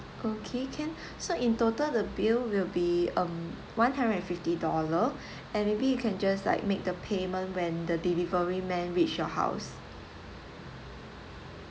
okay can so in total the bill will be um one hundred and fifty dollar and maybe you can just like make the payment when the delivery men reach your house